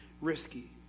risky